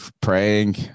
praying